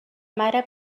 mare